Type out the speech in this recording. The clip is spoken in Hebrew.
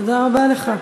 תודה רבה לך.